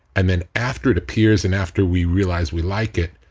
and then after it appears and after we realize we like it,